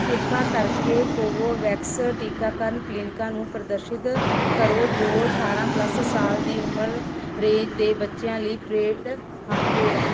ਕਿਰਪਾ ਕਰਕੇ ਕੋਵੋਵੈਕਸ ਟੀਕਾਕਰਨ ਕਲੀਨਿਕਾਂ ਨੂੰ ਪ੍ਰਦਰਸ਼ਿਤ ਕਰੋ ਜੋ ਅਠਾਰਾਂ ਪਲੱਸ ਸਾਲ ਦੀ ਉਮਰ ਰੇਂਜ ਦੇ ਬੱਚਿਆਂ ਲਈ ਪੇਡ ਹਨ ਪੇਡ ਹਨ